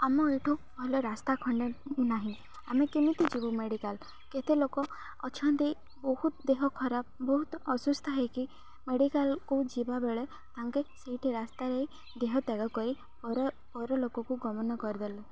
ଆମ ଏଠୁ ଭଲ ରାସ୍ତା ଖଣ୍ଡେ ନାହିଁ ଆମେ କେମିତି ଯିବୁ ମେଡ଼ିକାଲ କେତେ ଲୋକ ଅଛନ୍ତି ବହୁତ ଦେହ ଖରାପ ବହୁତ ଅସୁସ୍ଥ ହେଇକି ମେଡ଼ିକାଲକୁ ଯିବା ବେଳେ ତାଙ୍କେ ସେଇଠି ରାସ୍ତାରେ ଦେହତ୍ୟାଗ କରି ପର ପର ଲୋକକୁ ଗମନ କରିଦେଲେ